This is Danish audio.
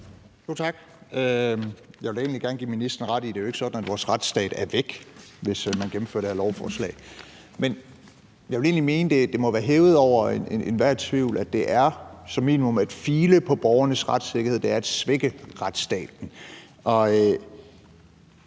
Tak. Jeg vil da egentlig gerne give ministeren ret i, at det jo ikke er sådan, at vores retsstat er væk, hvis man gennemfører det her lovforslag. Men jeg vil egentlig mene, det må være hævet over enhver tvivl, at det som minimum er at file på borgernes retssikkerhed, det er at svække retsstaten. Det